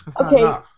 Okay